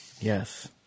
Yes